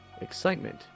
excitement